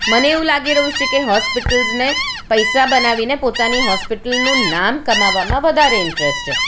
મને એવું લાગી રહ્યું છે કે હોસ્પિટલ્સને પૈસા બનાવીને પોતાની હોસ્પિટલનું નામ કમાવવામાં વધારે ઇન્ટરેસ છે